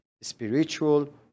spiritual